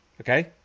Okay